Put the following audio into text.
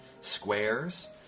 squares